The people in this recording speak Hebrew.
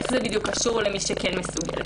איך זה בדיוק קשור למי שכן מסוגלת?